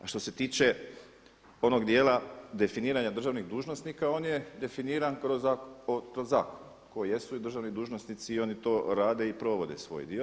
A što se tiče onog djela definiranja državnih dužnosnika on je definiran kroz zakon, ko jesu državni dužnosnici i oni to rade i provode svoj dio.